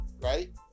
right